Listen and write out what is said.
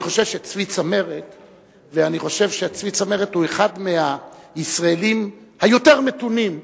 אני חושב שצבי צמרת הוא אחד מהישראלים היותר מתונים,